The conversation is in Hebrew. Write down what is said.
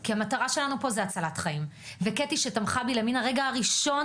כי המטרה שלנו פה זה הצלת חיים וקטי שתמכה בי למין הרגע הראשון